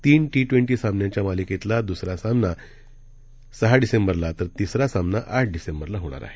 तीन T twenty सामन्यांच्या मालिकेतला द्सरा सामना सहा डिसेंबरला तरतिसरा सामना आठ डिसेंबरला होणार आहे